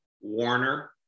Warner